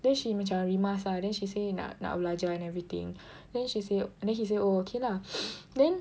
then she macam rimas ah then she say nak nak belajar and everything then she say then he say oh okay lah then